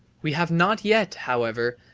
we have not yet, however,